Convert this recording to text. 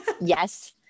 yes